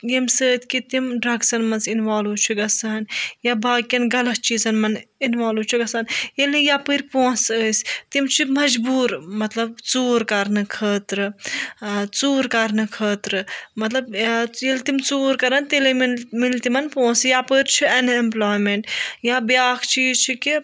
ییٚمہِ سۭتۍ کہِ تِم ڈرٛگسَن منٛز اِنوَالُو چھِ گَژھان یا باقیَن غَلَط چیٖزَن منٛز اِنوَالُو چھِ گَژھان ییٚلہِ نہٕ یَپٲرۍ پونٛسہٕ ٲسۍ تِم چھِ مَجبوٗر مطلب ژوٗر کَرنہٕ خٲطرٕ ٲں ژوٗر کَرنہٕ خٲطرٕ مطلب ٲں ییٚلہِ تِم ژوٗر کَرَن تیٚلے مِلہِ مِلہِ تِمَن پونٛسہٕ یَپٲرۍ چھِ اَن ایٚمپلایمیٚنٛٹ یا بیٛاکھ چیٖز چھِ کہِ